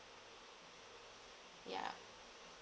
yeah